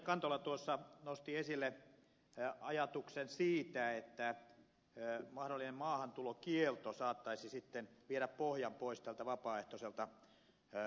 kantola nosti esille ajatuksen siitä että mahdollinen maahantulokielto saattaisi sitten viedä pohjan pois tältä vapaaehtoiselta lähdöltä